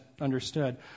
understood